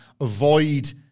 avoid